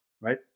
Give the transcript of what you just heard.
right